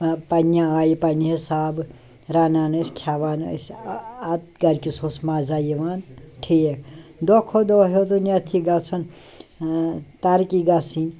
پَنٛنہِ آیہِ پَنٛنہِ حِسابہٕ رَنان ٲسۍ کھیٚوان ٲسۍ اَدٕ اَتھ گَرِکِس اوس مَزا یِوان ٹھیٖک دۄہ کھۄتہٕ دۄہ ہیتُن یَتھ یہِ گژھُن ترقی گَژھنٕۍ